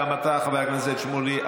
גם אתה, חבר הכנסת שמולי.